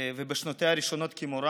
בשנותיה הראשונות כמורה